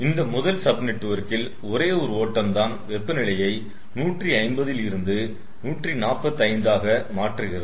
இந்த முதல் சப் நெட்வொர்க்கில் ஒரே ஒரு ஓட்டம் தான் வெப்பநிலையை 150 ல் இருந்து 145 ஆக மாற்றுகிறது